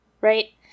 Right